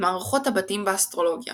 מערכות הבתים באסטרולוגיה